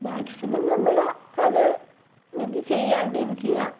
maximum നമ്മൾ അത് നിദ് ചെയ്യാണ്ടിരിക്കുക